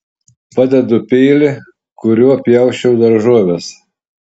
padedu peilį kuriuo pjausčiau daržoves